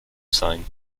sein